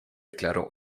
declaró